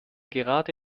gerade